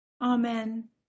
Amen